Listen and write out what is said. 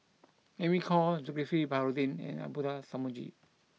Amy Khor Zulkifli Baharudin and Abdullah Tarmugi